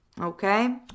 Okay